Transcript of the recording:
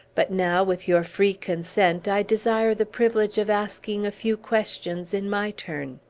but now, with your free consent, i desire the privilege of asking a few questions, in my turn.